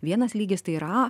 vienas lygis tai yra a